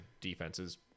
defenses